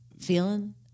feeling